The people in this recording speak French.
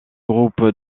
groupe